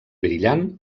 brillant